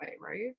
right